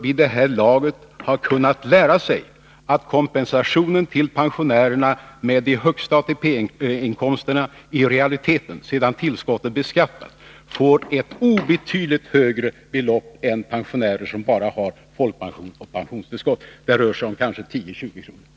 Vid det här laget borde han ha lärt sig att kompensationen till pensionärerna med de högsta ATP-inkomsterna i realiteten, sedan tillskottet beaktats, gör att de får ett obetydligt högre belopp än folkpensionärerna med pensionsoch kommunalt bostadstillägg. Det rör sig kanske bara om 10-20 kr.